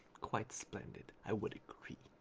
quite splendid i would agree!